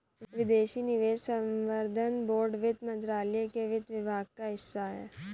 विदेशी निवेश संवर्धन बोर्ड वित्त मंत्रालय के वित्त विभाग का हिस्सा है